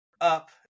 up